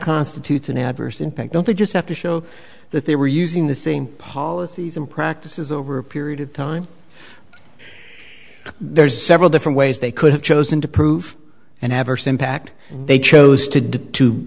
constitutes an adverse impact don't they just have to show that they were using the same policies and practices over a period of time there are several different ways they could have chosen to prove an adverse impact they chose to